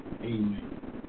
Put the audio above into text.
Amen